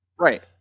Right